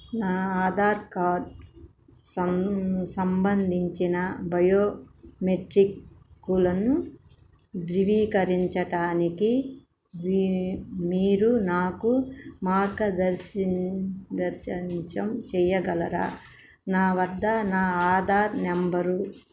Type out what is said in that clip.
నా ఆధార్ కార్డ్ సం సంబంధించిన బయోమెట్రిక్లను ధ్రువీకరించటానికి మీ మీరు నాకు మార్గదర్శనం దర్శనం చేయగలరా నా వద్ద నా ఆధార్ నంబరు